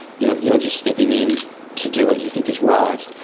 you are you are just stepping in to do what you think is right.